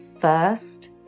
First